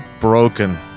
broken